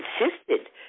insisted